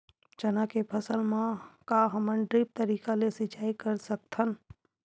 चना के फसल म का हमन ड्रिप तरीका ले सिचाई कर सकत हन?